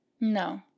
No